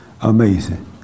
Amazing